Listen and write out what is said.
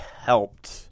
helped